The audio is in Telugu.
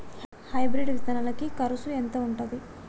హైబ్రిడ్ విత్తనాలకి కరుసు ఎంత ఉంటది?